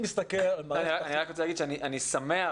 אני שמח